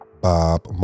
Bob